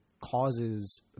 causes